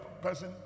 person